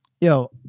Yo